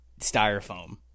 styrofoam